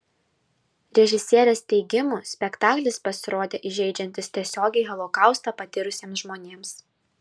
režisierės teigimu spektaklis pasirodė įžeidžiantis tiesiogiai holokaustą patyrusiems žmonėms